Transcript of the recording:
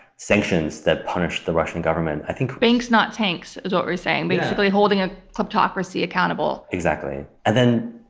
sanctions that punish the russian government. i think. banks not tanks is what you're saying. basically holding a kleptocracy accountable. exactly. then,